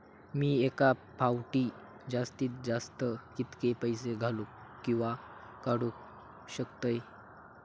मी एका फाउटी जास्तीत जास्त कितके पैसे घालूक किवा काडूक शकतय?